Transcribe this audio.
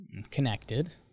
Connected